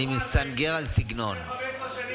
אפס מאופס.